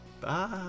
Bye